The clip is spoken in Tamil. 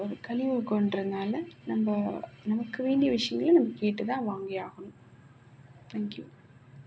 ஒரு கலியுகங்றதுனால நம்ம நமக்கு வேண்டிய விஷயங்களை நம்ம கேட்டுதான் வாங்கி ஆகணும் தேங்க் யூ